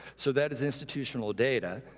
so that is institutional data.